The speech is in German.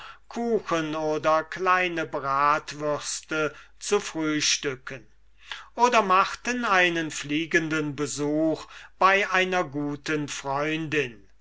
kuchen oder kleine bratwürste zu frühstücken oder machten einen fliegenden besuch bei einer guten freundin